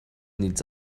needs